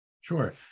Sure